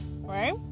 right